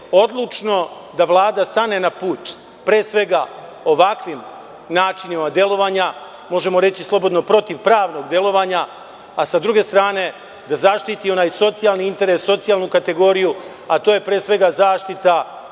odlučno da Vlada stane na put, pre svega ovakvim načinima delovanja, možemo slobodno reći protivpravnog delovanja, a sa druge strane da zaštiti onaj socijalni interes, socijalnu kategoriju, a to je pre svega zaštita više